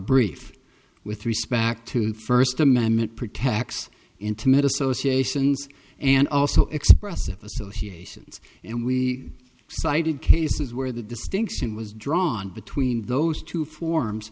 brief with respect to first amendment pretax intimate associations and also expressive associations and we cited cases where the distinction was drawn between those two forms